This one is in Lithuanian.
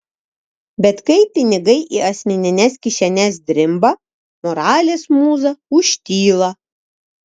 bet kai pinigai į asmenines kišenes drimba moralės mūza užtyla